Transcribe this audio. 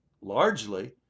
largely